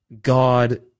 God